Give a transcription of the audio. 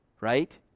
right